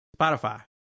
Spotify